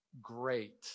great